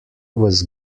was